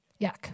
yuck